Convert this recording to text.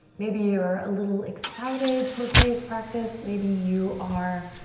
maybe you're a little excited for today's practice. maybe you are